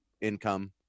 income